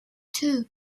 two